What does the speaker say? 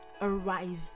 arrive